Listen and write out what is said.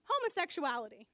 homosexuality